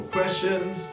Questions